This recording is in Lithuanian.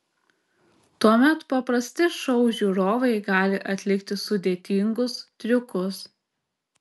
tuomet paprasti šou žiūrovai gali atlikti sudėtingus triukus